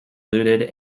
looted